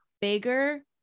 bigger